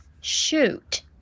shoot